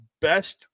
best